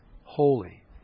holy